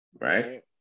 Right